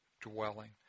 dwelling